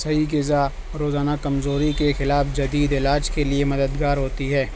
صحیح غذا روزانہ کمزوری کے خلاف جدید علاج کے لیے مددگار ہوتی ہے